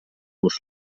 los